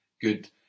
Good